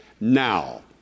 now